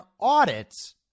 audits